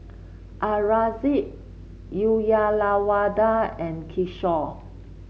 Aurangzeb Uyyalawada and Kishore